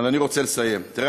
אז אני רוצה לסיים: תראה,